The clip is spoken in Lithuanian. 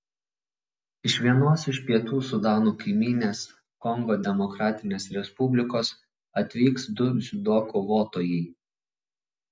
iš vienos iš pietų sudano kaimynės kongo demokratinės respublikos atvyks du dziudo kovotojai